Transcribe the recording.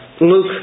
Luke